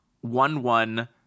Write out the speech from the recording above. one-one